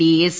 D S